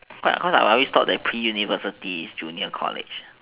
cause I always thought that pre university is junior college